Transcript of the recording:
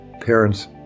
parents